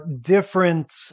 different